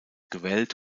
gewellt